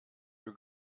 your